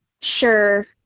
sure